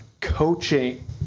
coaching